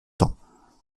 temps